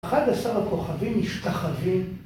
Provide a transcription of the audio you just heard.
אחד עשרה כוכבים משתחווים